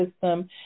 system